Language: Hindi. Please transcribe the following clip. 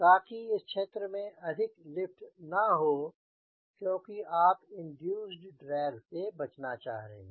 ताकि इस क्षेत्र में अधिक लिफ्ट ना हो क्योंकि आप इंड्यूसेड ड्रैग से बचना चाह रहे हैं